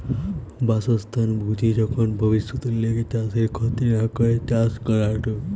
বাসস্থান বুঝি যখন ভব্যিষতের লিগে চাষের ক্ষতি না করে চাষ করাঢু